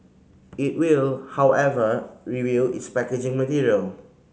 it will however review its packaging material